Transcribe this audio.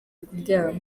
kuryama